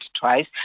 twice